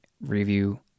review